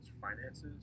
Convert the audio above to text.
finances